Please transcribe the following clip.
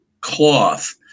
cloth